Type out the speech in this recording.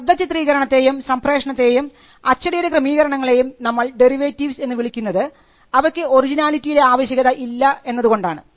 ശബ്ദ ചിത്രീകരണത്തെയും സംപ്രേഷണത്തെയും അച്ചടിയുടെ ക്രമീകരണങ്ങളെയും നമ്മൾ ഡെറിവേറ്റീവ് എന്ന് വിളിക്കുന്നത് അവക്ക് ഒറിജിനാലിറ്റിയുടെ ആവശ്യകത ഇല്ല എന്നതുകൊണ്ടാണ്